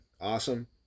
awesome